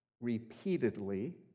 Repeatedly